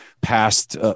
past